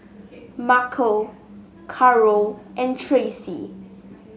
Markell Karol and Tracy